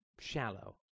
shallow